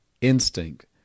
instinct